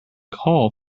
call